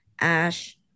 ash